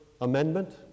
Amendment